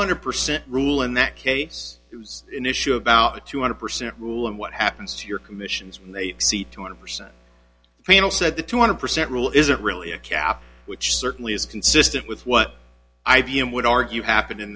hundred percent rule in that case it was an issue about a two hundred percent rule and what happens to your commissions when they exceed two hundred percent panel said the two hundred percent rule isn't really a cap which certainly is consistent with what i view and would argue happened in